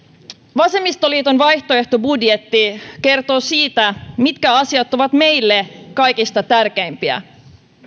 vasemmistoliiton vaihtoehtobudjetti kertoo siitä mitkä asiat ovat meille kaikista tärkeimpiä